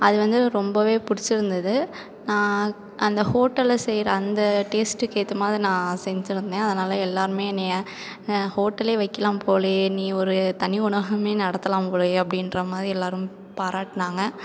அது வந்து ரொம்பவே பிடிச்சிருந்தது அந்த ஹோட்டலில் செய்கிற அந்த டேஸ்ட்டுக்கு ஏற்ற மாதிரி நான் செஞ்சிருந்தேன் அதனால எல்லாருமே என்னைய ஹோட்டலே வைக்கலாம் போலயே நீ ஒரு தனி உணவகமே நடத்தலாம் போலயே அப்படின்ற மாதிரி எல்லோரும் பாராட்டுனாங்க